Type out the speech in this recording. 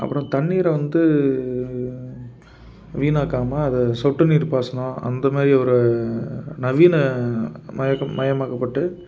அப்புறம் தண்ணீரை வந்து வீணாக்காமல் அதை சொட்டுநீர் பாசனம் அந்தமாதிரி ஒரு நவீன மயக் மயமாக்கப்பட்டு